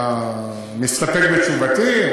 מסתפק בתשובתי?